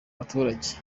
baturage